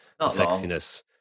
Sexiness